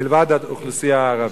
מלבד האוכלוסייה הערבית.